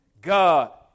God